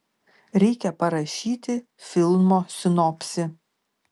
reikia parašyti filmo sinopsį